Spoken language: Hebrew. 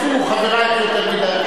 כי כבר הפריעו חברייך יותר מדי.